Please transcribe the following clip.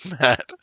Matt